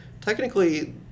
technically